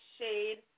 shade